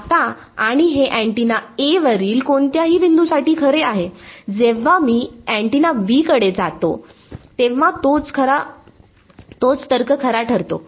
आता आणि हे अँटेना A वरील कोणत्याही बिंदूसाठी खरे आहे जेव्हा मी अँटिना B कडे जातो तेव्हा तोच तर्क खरा ठरतो